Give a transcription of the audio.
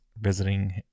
visiting